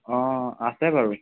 অঁ আছে বাৰু